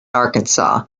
arkansas